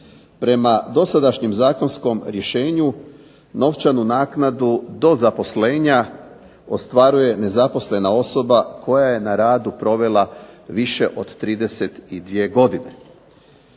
Prema dosadašnjem zakonskom rješenju novčanu naknadu do zaposlenja ostvaruje nezaposlena osoba koja je na radu provela više od 32 godine.